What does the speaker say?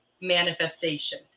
manifestation